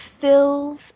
fills